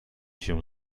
się